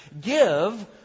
Give